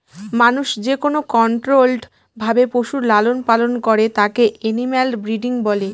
মানুষ যেকোনো কন্ট্রোল্ড ভাবে পশুর লালন পালন করে তাকে এনিম্যাল ব্রিডিং বলে